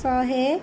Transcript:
ଶହେ